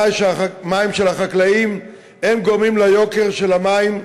שהמים של החקלאים גורמים ליוקר המים לאוכלוסייה.